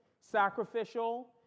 sacrificial